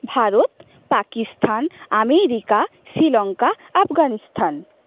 Bharat Pakistan America Sri Lanka Afghanistan